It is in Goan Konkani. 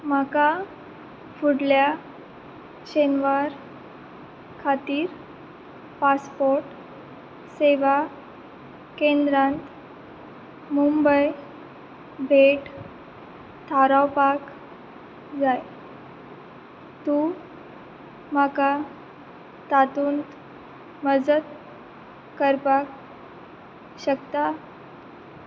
म्हाका फुडल्या शेनवार खातीर पासपोर्ट सेवा केंद्रांत मुंबय भेट थारावपाक जाय तूं म्हाका तातूंत मजत करपाक शकता